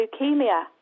leukemia